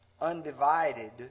undivided